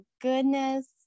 goodness